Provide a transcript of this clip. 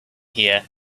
here